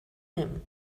him